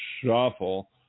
shuffle